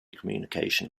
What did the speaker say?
communication